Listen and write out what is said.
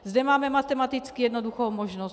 Zde máme matematicky jednoduchou možnost.